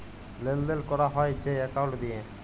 লেলদেল ক্যরা হ্যয় যে একাউল্ট দিঁয়ে